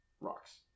rocks